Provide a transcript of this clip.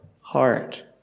heart